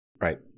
Right